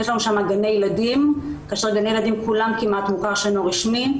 יש לנו שם גני ילדים כאשר גני הילדים כולם כמעט מוכר שאינו רשמי,